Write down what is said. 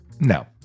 no